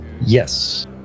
Yes